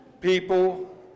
people